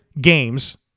games